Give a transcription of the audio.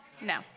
No